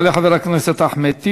יעלה חבר הכנסת אחמד טיבי,